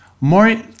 more